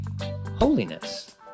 holiness